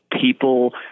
people